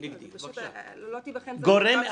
פשוט לא תיבחן זכאותם של הילדים הללו.